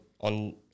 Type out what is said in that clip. on